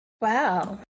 Wow